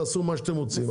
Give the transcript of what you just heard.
תעשו מה שאתם רוצים,